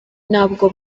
ntabwo